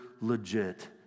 legit